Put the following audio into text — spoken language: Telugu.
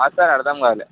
అసలు అర్థం కాలేదు